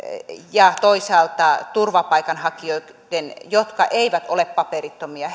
ja toisaalta turvapaikanhakijoiden jotka eivät ole paperittomia